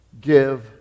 give